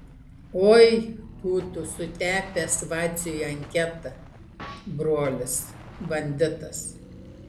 oi būtų sutepęs vaciui anketą brolis banditas